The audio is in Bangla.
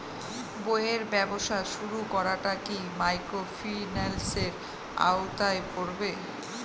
বইয়ের ব্যবসা শুরু করাটা কি মাইক্রোফিন্যান্সের আওতায় পড়বে?